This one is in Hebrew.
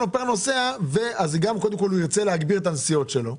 הוא ירצה להגביר את הנסיעות שלו,